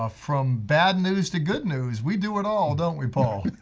ah from bad news to good news, we do it all don't we paul?